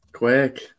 Quick